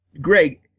Greg